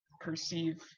perceive